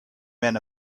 men